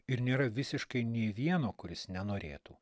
ir nėra visiškai nė vieno kuris nenorėtų